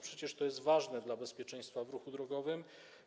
Przecież to jest ważne dla bezpieczeństwa ruchu drogowego.